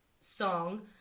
song